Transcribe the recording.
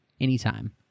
anytime